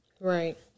Right